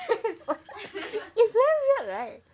it's very weird right